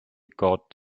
got